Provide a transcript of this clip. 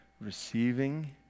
receiving